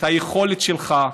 את היכולת שלך,